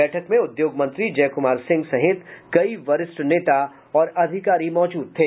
बैठक में उद्योग मंत्री जय कुमार सिंह सहित कई वरिष्ठ नेता और अधिकारी मौजूद थे